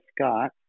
Scott